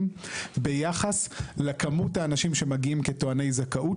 ביחס לכמות האנשים שמגיעים כטועני זכאות,